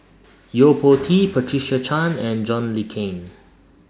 Yo Po Tee Patricia Chan and John Le Cain